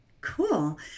Cool